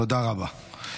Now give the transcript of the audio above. תודה רבה.